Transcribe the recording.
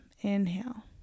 inhale